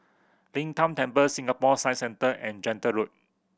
Lin Tan Temple Singapore Science Centre and Gentle Road